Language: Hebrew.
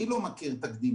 אני לא מכיר תקדים.